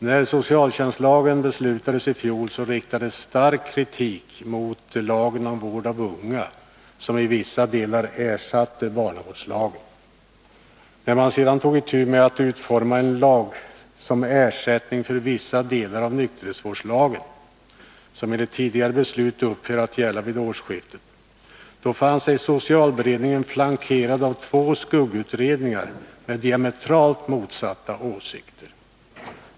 När socialtjänstlagen beslutades i fjol riktades stark kritik mot lagen om vård av unga, som i vissa delar ersatte barnavårdslagen. När man sedan tog itu med att utforma en lag som ersättning för vissa delar av nykterhetsvårdslagen, som enligt tidigare beslut upphör att gälla vid årsskiftet, fann sig socialberedningen flankerad av två skuggutredningar med diametralt motsatta åsikter.